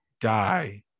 die